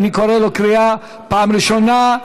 אני קורא קריאה פעם ראשונה,